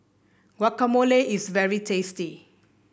guacamole is very tasty